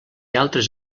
altres